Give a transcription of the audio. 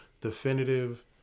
definitive